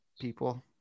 people